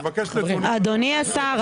אדוני השר,